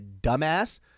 dumbass